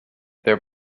their